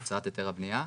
הוצאת היתר הבנייה,